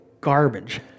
garbage